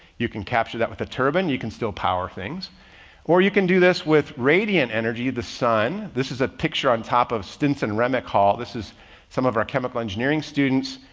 you can capture that with a turbine. you can still power things or you can do this with radiant energy. the sun. this is a picture on top of stinson-remick hall. this is some of our chemical engineering students,